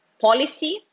policy